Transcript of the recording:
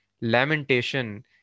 lamentation